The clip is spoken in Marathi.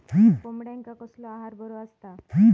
कोंबड्यांका कसलो आहार बरो असता?